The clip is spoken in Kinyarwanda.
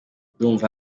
ndumva